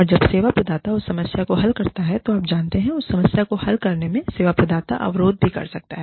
और जब सेवा प्रदाता उस समस्या को हल करता है तो आप जानते हैं उस समस्या को हल करने में सेवा प्रदाता अवरोध भी रह सकता है